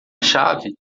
chave